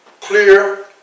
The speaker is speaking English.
Clear